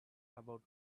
about